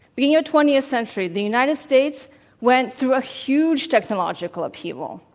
beginning of twentieth century the united states went through a huge technological upheaval,